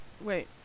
Wait